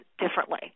differently